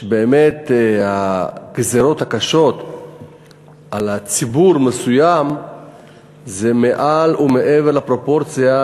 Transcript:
שבאמת הגזירות הקשות על ציבור מסוים זה מעל ומעבר לפרופורציה,